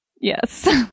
Yes